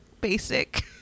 basic